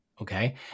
Okay